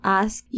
ask